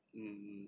mm